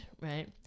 right